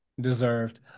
Deserved